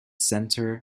center